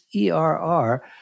ERR